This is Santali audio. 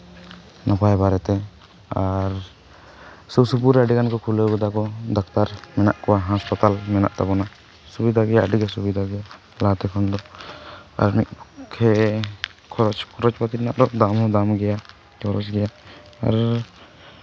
ᱱᱟᱯᱟᱭ ᱵᱟᱨᱮᱛᱮ ᱟᱨ ᱥᱩᱨ ᱥᱩᱯᱩᱨ ᱨᱮ ᱟᱹᱰᱤᱜᱟᱱ ᱠᱚ ᱠᱷᱩᱞᱟᱹᱣ ᱠᱟᱫᱟ ᱠᱚ ᱰᱟᱠᱛᱟᱨ ᱢᱮᱱᱟᱜ ᱠᱚᱣᱟ ᱦᱟᱥᱯᱟᱛᱟᱞ ᱢᱮᱱᱟᱜ ᱛᱟᱵᱚᱱᱟ ᱥᱩᱵᱤᱫᱷᱟ ᱜᱮᱭᱟ ᱟᱹᱰᱤᱜᱮ ᱥᱩᱵᱤᱫᱷᱟ ᱜᱮᱭᱟ ᱞᱟᱦᱟᱛᱮ ᱠᱷᱚᱱᱫᱚ ᱟᱨ ᱢᱤᱫ ᱯᱚᱠᱠᱷᱮ ᱠᱷᱚᱨᱚᱪ ᱠᱷᱚᱨᱚᱪᱼᱯᱟᱹᱛᱤ ᱨᱮᱱᱟᱜ ᱫᱚ ᱫᱟᱢ ᱦᱚᱸ ᱫᱟᱢ ᱜᱮᱭᱟ ᱠᱷᱚᱨᱚᱪ ᱜᱮᱭᱟ ᱟᱨ